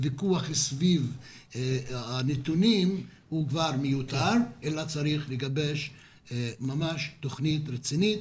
הוויכוח סביב הנתונים כבר מיותר וצריך לגבש ממש תוכנית רצינית